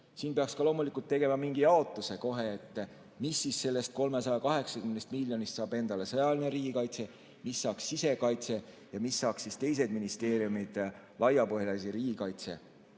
Siin peaks ka loomulikult tegema kohe mingi jaotuse, mida siis sellest 380 miljonist saaks endale sõjaline riigikaitse, mida saaks sisekaitse ja mida saaksid teised ministeeriumid laiapõhjalise riigikaitse